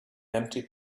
empty